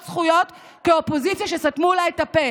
זכויות כאופוזיציה שסתמו לה את הפה.